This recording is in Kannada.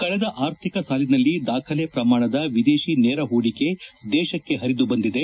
ಕಳೆದ ಆರ್ಥಿಕ ಸಾಲಿನಲ್ಲಿ ದಾಖಲೆ ಪ್ರಮಾಣದ ವಿದೇಶಿ ನೇರ ಹೂಡಿಕೆ ದೇಶಕ್ಕೆ ಹರಿದು ಬಂದಿದೆ